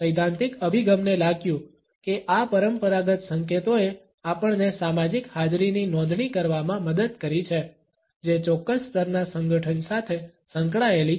સૈદ્ધાંતિક અભિગમને લાગ્યું કે આ પરંપરાગત સંકેતોએ આપણને સામાજિક હાજરીની નોંધણી કરવામાં મદદ કરી છે જે ચોક્કસ સ્તરના સંગઠન સાથે સંકળાયેલી છે